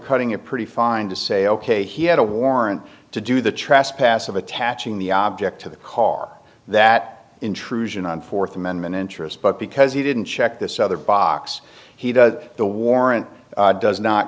cutting a pretty fine to say ok he had a warrant to do the trespass of attaching the object to the car that intrusion on fourth amendment interest but because he didn't check this other box he does the warrant does not